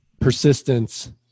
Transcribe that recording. persistence